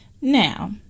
now